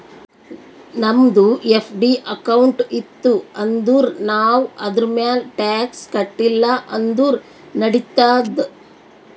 ನಮ್ದು FD account ಇತ್ತು ಅಂದುರ್ ನಾವ್ ಅದುರ್ಮ್ಯಾಲ್ ಟ್ಯಾಕ್ಸ್ ಕಟ್ಟಿಲ ಅಂದುರ್ ನಡಿತ್ತಾದ್